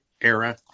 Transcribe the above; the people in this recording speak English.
era